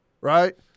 Right